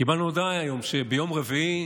קיבלנו הודעה היום שביום רביעי